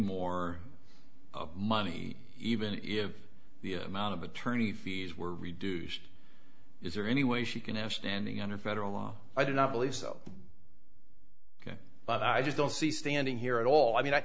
more money even if the amount of attorney fees were reduced is there any way she could have standing under federal law i do not believe so but i just don't see standing here at all i mean